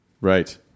Right